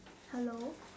hello